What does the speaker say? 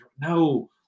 no